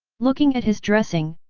looking at his dressing,